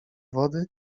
wody